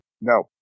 No